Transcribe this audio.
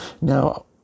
Now